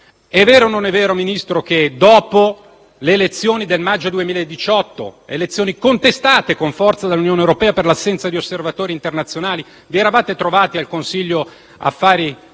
È vero o non è vero, signor Ministro, che, dopo le elezioni del maggio 2018, elezioni contestate con forza dall'Unione europea per l'assenza di osservatori internazionali, vi eravate trovati al Consiglio affari esteri